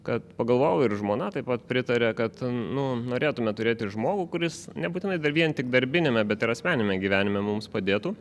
kad pagalvojau ir žmona taip pat pritaria kad nu norėtumėme turėti žmogų kuris nebūtinai vien tik darbiniame bet ir asmeniniame gyvenime mums padėtų